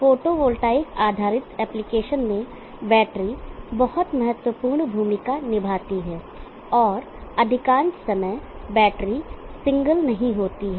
photovoltaic आधारित application में battery बहुत महत्वपूर्ण भूमिका निभाती हैं और अधिकांश समय बैटरी सिंगल नहीं होती हैं